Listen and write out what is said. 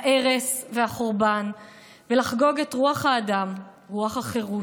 ההרס והחורבן ולחגוג את רוח האדם, רוח החירות,